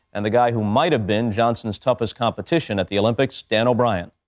and the guy who might have been johnson's toughest competition at the olympics, dan o'brien